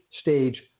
stage